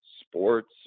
sports